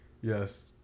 Yes